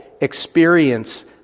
experience